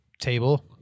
table